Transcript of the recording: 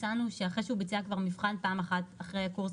מצאנו שאחרי שהוא ביצע כבר מבחן אחד אחרי הקורס